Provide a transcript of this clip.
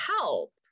help